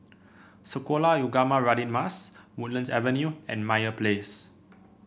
Sekolah Ugama Radin Mas Woodlands Avenue and Meyer Place